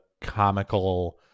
comical